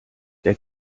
der